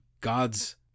God's